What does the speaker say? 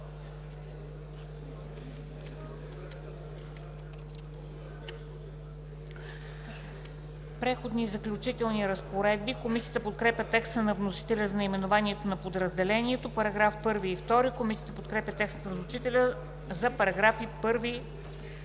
„Преходни и заключителни разпоредби“ Комисията подкрепя текста на вносителя за наименованието на подразделението, § 1 и 2. Комисията подкрепя текста на вносителя за § 1, 2 и 3.